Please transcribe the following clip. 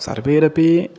सर्वैरपि